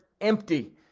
empty